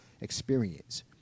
Experience